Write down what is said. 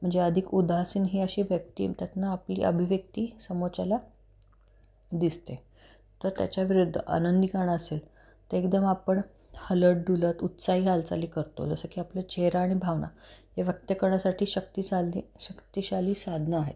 म्हणजे अधिक उदासीन ही अशी व्यक्ती त्यातनं आपली अभिव्यक्ती समोरच्याला दिसते तर त्याच्या विरुद्ध आनंदी गाणं असेल ते एकदम आपण हलत डुलत उत्साही हालचाली करतो जसं की आपलं चेहरा आणि भावना हे व्यक्त करण्यासाठी शक्तिशाली शक्तिशाली साधनं आहे